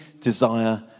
desire